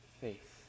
faith